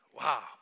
Wow